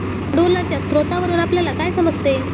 भांडवलाच्या स्रोतावरून आपल्याला काय समजते?